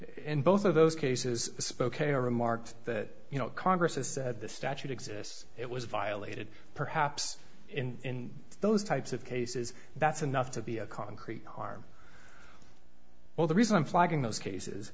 in both of those cases spoke a remarked that you know congress has said this statute exists it was violated perhaps in those types of cases that's enough to be a concrete harm well the reason i'm flagging those cases